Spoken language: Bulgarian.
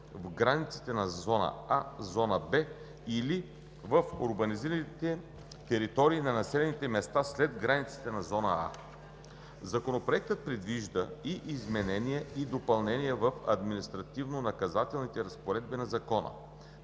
в границите на зона „А“, зона „Б“ или в урбанизираните територии на населените места след границите на зона „А“. Законопроектът предвижда и изменения и допълнения в административнонаказателните разпоредби на Закона.